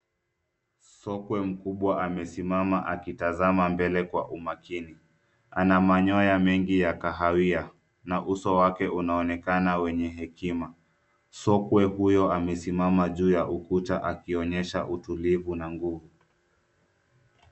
Sokwe mkubwa amesimama akitazama mbele kwa umakini ana manyoya mengi ya kahawia na uso wake unaonekana wenye hekima, sokwe huyo amesimama juu ya ukuta akionyesha utulivu na nguvu.